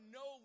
no